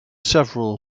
several